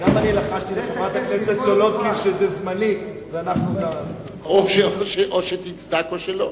גם אני לחשתי לחברת הכנסת סולודקין שזה זמני ואנחנו או שתצדק או שלא.